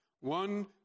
one